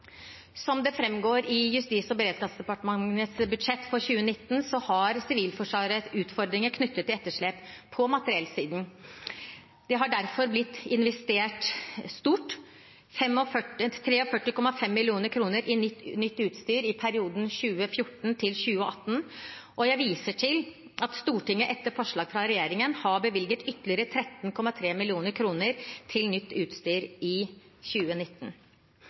Som det framgår i Justis- og beredskapsdepartementets budsjett for 2019, har Sivilforsvaret utfordringer knyttet til etterslep på materiellsiden. Det har derfor blitt investert stort, 43,5 mill. kr i nytt utstyr i perioden 2014–2018, og jeg viser til at Stortinget etter forslag fra regjeringen har bevilget ytterligere 13,3 mill. kr til nytt utstyr i 2019.